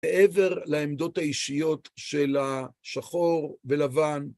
לעבר לעמדות האישיות של השחור ולבן